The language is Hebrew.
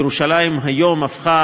ירושלים היום הפכה,